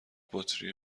بطری